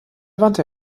wandte